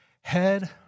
head